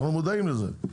אנחנו מודעים לזה.